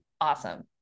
awesome